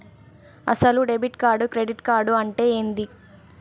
అసలు debit card credit card అంటే ఏంది?